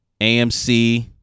AMC